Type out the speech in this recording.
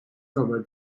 robert